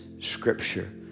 scripture